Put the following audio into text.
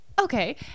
okay